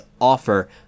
offer